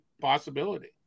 possibility